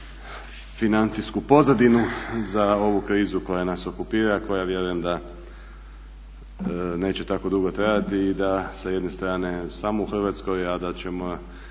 financijsku pozadinu za ovu krizu koja nas okupira, koja vjerujem da neće tako dugo trajati i da sa jedne strane samo u Hrvatskoj, a da ćemo